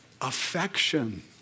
affection